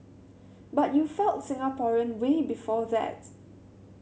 but you felt Singaporean way before that